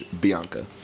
bianca